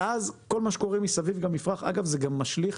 אגב, זה גם משליך